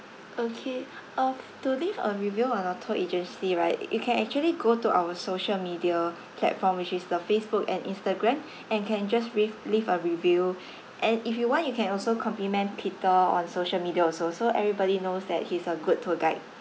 okay uh to leave a review on our tour agency right you can actually go to our social media platform which is the facebook and instagram and can just leave leave a review and if you want you can also compliment peter on social media also so everybody knows that he's a good tour guide